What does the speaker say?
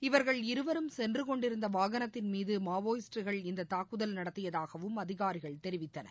இவர்கள் இருவரும் சென்றுகொண்டிருந்த வாகனத்தின் மீது மாவோயிஸ்ட்டுகள் தாக்குதல் இந்த நடத்தியதாகவும் அதிகாரிகள் தெரிவித்தனர்